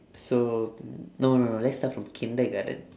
so no no no let's start from kindergarten